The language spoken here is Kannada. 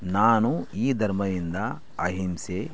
ನಾನು ಈ ಧರ್ಮದಿಂದ ಅಹಿಂಸೆ